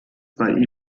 bei